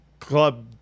club